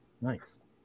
Nice